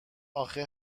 اخه